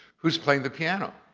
who's playing the piano?